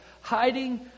hiding